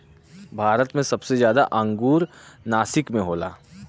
भारत मे सबसे जादा अंगूर नासिक मे होला